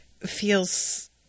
feels